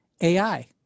AI